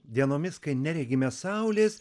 dienomis kai neregime saulės